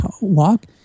walk